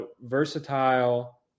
versatile